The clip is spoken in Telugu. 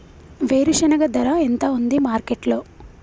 వేరుశెనగ ధర ఎంత ఉంది మార్కెట్ లో?